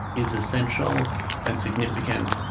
is essential and significant.